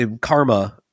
karma